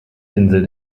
insel